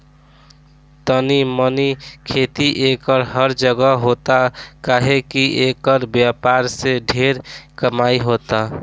तनी मनी खेती एकर हर जगह होता काहे की एकर व्यापार से ढेरे कमाई होता